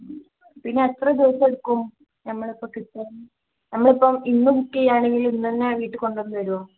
പിന്നെ എത്ര ദിവസം എടുക്കും നമ്മളിപ്പം കിട്ടാൻ നമ്മൾ ഇപ്പം ഇന്ന് ബുക്ക് ചെയ്യുകയാണെങ്കിൽ ഇന്ന് തന്നെ വീട്ടിൽ കൊണ്ടു വന്നു തരുമോ